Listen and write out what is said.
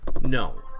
No